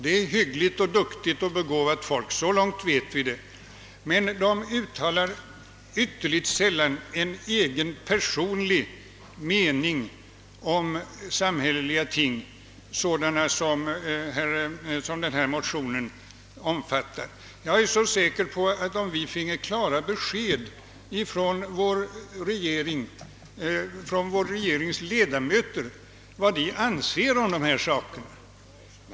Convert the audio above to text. Det är hyggligt och duktigt och begåvat folk, så mycket vet vi. Men de uttalar ytterst sällan en egen personlig mening om sådana samhälleliga ting som denna motion gäller. Det vore bra om vi finge klara besked från regeringens ledamöter om vad de anser om dessa frågor.